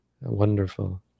wonderful